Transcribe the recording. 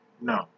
No